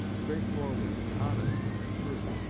straightforward, honest, and true